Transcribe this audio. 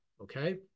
okay